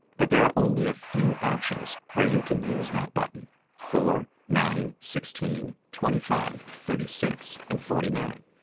but there are only a few options where you can use that button four nine sixteen twenty five, thirty six, and forty nine.